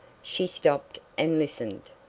she stopped and listened.